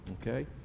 Okay